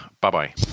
Bye-bye